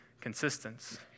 consistence